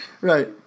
Right